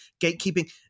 Gatekeeping